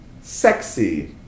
sexy